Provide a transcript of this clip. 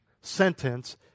sentence